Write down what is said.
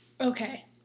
Okay